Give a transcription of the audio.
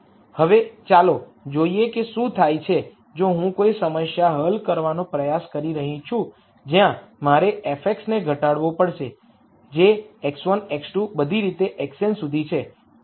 હવે ચાલો જોઈએ કે શું થાય છે જો હું કોઈ સમસ્યા હલ કરવાનો પ્રયાસ કરી રહી છું જ્યાં મારે f ને ઘટાડવો પડશે જે x1 x2 બધી રીતે xn સુધી છે